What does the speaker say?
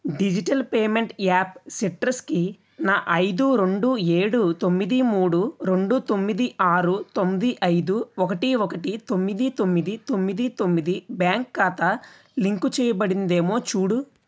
digital payment app సిట్రస్కి నా ఐదు రెండు ఏడు తొమ్మిది మూడు రెండు తొమ్మిది ఆరు తొమ్మిది ఐదు ఒకటి ఒకటి తొమ్మిది తొమ్మిది తొమ్మిది తొమ్మిది బ్యాంక్ ఖాతా లింకు చేయబడిందేమో చూడు